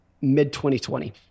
mid-2020